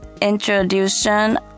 introduction